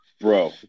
Bro